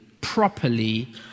properly